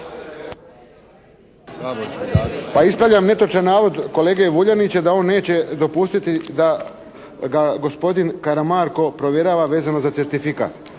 Pa ispravljam netočan navod kolege Vuljanića, da on neće dopustiti da ga gospodin Karamarko provjerava vezano za certifikat.